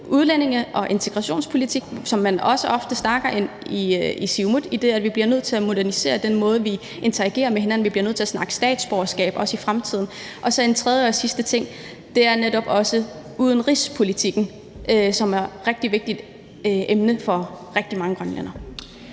udlændinge- og integrationspolitik, som vi også ofte snakker om i Siumut, idet vi bliver nødt til at modernisere den måde, vi interagerer med hinanden på. Vi bliver nødt til også at snakke statsborgerskab i fremtiden. Den tredje og sidste ting er netop også udenrigspolitikken, som er et rigtig vigtigt emne for rigtig mange grønlændere.